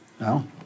No